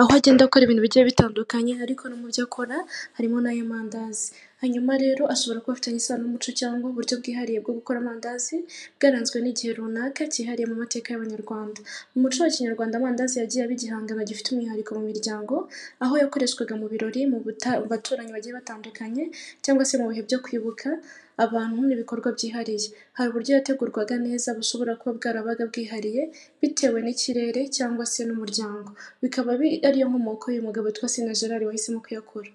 aho agenda akora ibintu bigiye bitandukanye ariko no mu byo akora harimo n ay'amandazi . Hanyuma rero ashobora ko afitanye isano n'umuco cyangwa uburyo bwihariye bwo gukora amandazi bwaranzwe n'igihe runaka cyihariye mu mateka y'abanyarwanda .Mu muco wa kinyarwanda amandazi yagiye aba igihangano gifite umwihariko mu miryango, aho yakoreshwaga mu birori, abaturanyi bagiye batandukanye cyangwa se mu bihe byo kwibuka abantu n'ibikorwa byihariye ,hari uburyo yategurwaga neza bushobora kuba bwabaga bwihariye bitewe n'ikirere cyangwa se n'umuryango bikaba ariyo nkomoko y'umugabo witwa Sena Gerard wahise mo kuyakora.